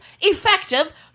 effective